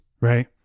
right